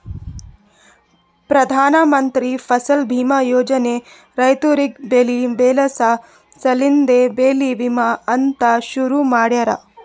ಪ್ರಧಾನ ಮಂತ್ರಿ ಫಸಲ್ ಬೀಮಾ ಯೋಜನೆ ರೈತುರಿಗ್ ಬೆಳಿ ಬೆಳಸ ಸಲೆಂದೆ ಬೆಳಿ ವಿಮಾ ಅಂತ್ ಶುರು ಮಾಡ್ಯಾರ